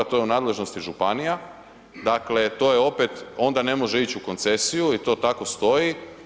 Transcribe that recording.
To je u nadležnosti županija, dakle to je opet onda ne može ići u koncesiju i to tako stoji.